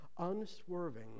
unswerving